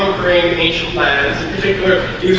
graduation last